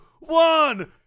one